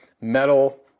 metal